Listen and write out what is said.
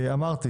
אמרתי